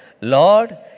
Lord